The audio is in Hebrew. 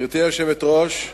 גברתי היושבת-ראש,